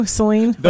Celine